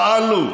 פעלנו,